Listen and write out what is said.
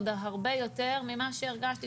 עוד הרבה יותר ממה שהרגשתי.